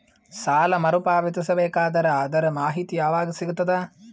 ಸಾಲ ಮರು ಪಾವತಿಸಬೇಕಾದರ ಅದರ್ ಮಾಹಿತಿ ಯವಾಗ ಸಿಗತದ?